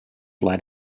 let